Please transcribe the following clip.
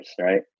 right